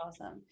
awesome